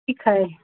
ठीक है